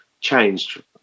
changed